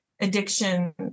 addiction